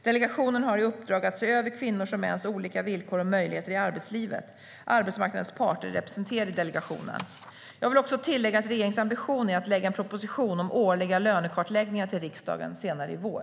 Delegationen har i uppdrag att se över kvinnors och mäns olika villkor och möjligheter i arbetslivet. Arbetsmarknadens parter är representerade i delegationen. Jag vill också tillägga att regeringens ambition är att lägga fram en proposition om årliga lönekartläggningar till riksdagen senare i vår.